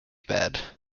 bed